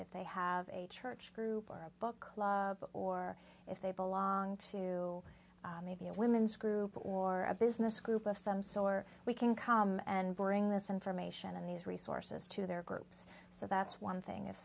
if they have a church group or a book or if they belong to maybe a women's group or a business group of some so are we can come and bring this information and these resources to their groups so that's one thing if